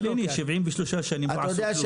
אבל הנה, 73 שנים לא עשו כלום.